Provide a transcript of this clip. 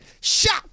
Shot